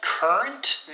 Current